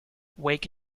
wake